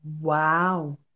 Wow